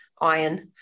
iron